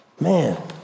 Man